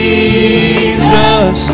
Jesus